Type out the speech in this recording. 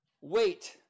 Wait